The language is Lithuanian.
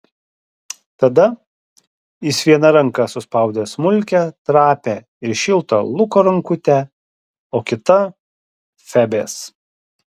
tada jis viena ranka suspaudė smulkią trapią ir šiltą luko rankutę o kita febės